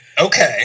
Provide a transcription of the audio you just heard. Okay